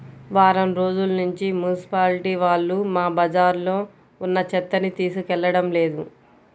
వారం రోజుల్నుంచి మున్సిపాలిటీ వాళ్ళు మా బజార్లో ఉన్న చెత్తని తీసుకెళ్లడం లేదు